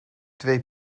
twee